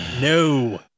No